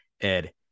Ed